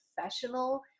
professional